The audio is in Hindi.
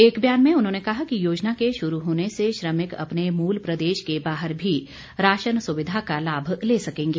एक बयान में उन्होंने कहा कि योजना के शुरू होने से श्रमिक अपने मूल प्रदेश के बाहर भी राशन सुविधा का लाभ ले सकेंगे